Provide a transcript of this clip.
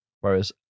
Whereas